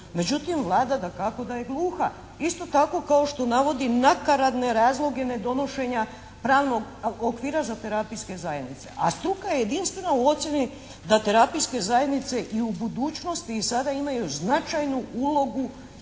Međutim, Vlada dakako da je gluha. Isto tako kao što navodi nakaradne razloge nedonošenja pravnog okvira za terapijske zajednice a struka je jedinstvena u ocjeni da terapijske zajednice i u budućnosti i sada imaju značajnu ulogu